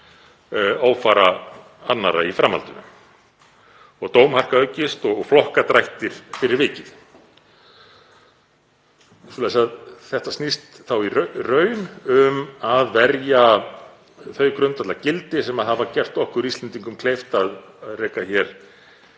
ófara annarra í framhaldinu og dómharka aukist og flokkadrættir fyrir vikið. Þetta snýst því í raun um að verja þau grundvallargildi sem hafa gert okkur Íslendingum kleift að reka hér